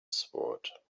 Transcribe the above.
sword